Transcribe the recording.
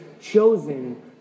chosen